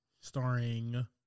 starring